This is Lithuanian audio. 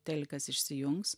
telikas išsijungs